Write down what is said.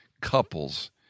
couples